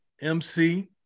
MC